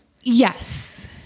Yes